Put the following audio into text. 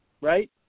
right